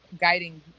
guiding